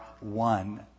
one